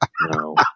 No